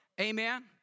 Amen